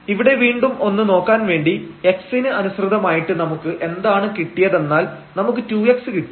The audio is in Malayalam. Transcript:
ഇവിടെ വീണ്ടും ഒന്നു നോക്കാൻ വേണ്ടി x ന് അനുസൃതമായിട്ട് നമുക്ക് എന്താണ് കിട്ടിയതെന്നാൽ നമുക്ക് 2x കിട്ടി